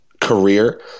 career